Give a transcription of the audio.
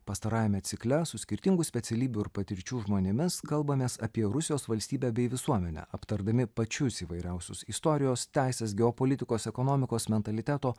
pastarajame cikle su skirtingų specialybių ir patirčių žmonėmis kalbamės apie rusijos valstybę bei visuomenę aptardami pačius įvairiausius istorijos teisės geopolitikos ekonomikos mentaliteto